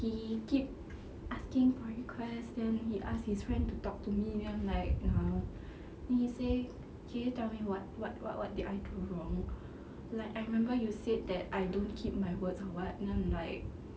he keep asking for request then he asked his friend to talk to me then I'm like no then he say can you tell me what what what what did I do wrong like I remember you said that I don't keep my words or what then I'm like